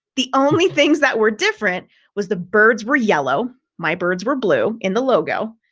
the only things that were different was the birds were yellow. my birds were blue in the logo.